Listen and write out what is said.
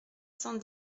cent